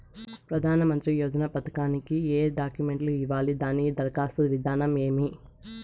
ప్రధానమంత్రి యోజన పథకానికి ఏ డాక్యుమెంట్లు ఇవ్వాలి దాని దరఖాస్తు విధానం ఏమి